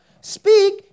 Speak